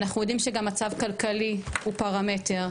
אנחנו יודעים שגם מצב כלכלי הוא פרמטר,